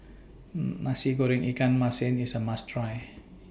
Nasi Goreng Ikan Masin IS A must Try